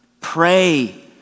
Pray